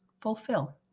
fulfill